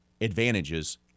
advantages